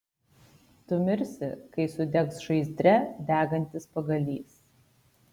tu mirsi kai sudegs žaizdre degantis pagalys